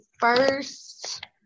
first